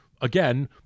again